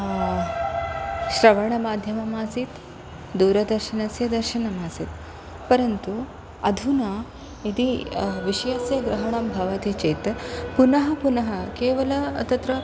श्रवणमाध्यमम् आसीत् दूरदर्शनस्य दर्शनमासीत् परन्तु अधुना यदि विषयस्य ग्रहणं भवति चेत् पुनः पुनः केवलं तत्र